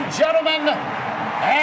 gentlemen